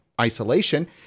isolation